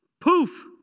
poof